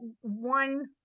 one